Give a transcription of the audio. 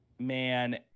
man